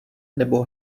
nebo